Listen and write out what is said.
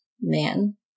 man